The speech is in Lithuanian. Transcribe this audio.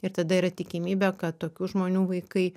ir tada yra tikimybė kad tokių žmonių vaikai